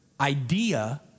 idea